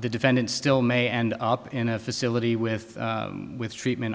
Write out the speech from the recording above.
the defendant still may end up in a facility with treatment